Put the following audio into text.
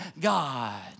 God